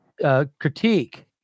critique